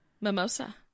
mimosa